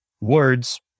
Words